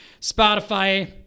Spotify